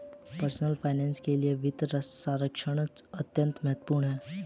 personal finance के लिए वित्तीय साक्षरता अत्यंत महत्वपूर्ण है